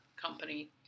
company